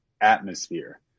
atmosphere